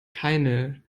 keine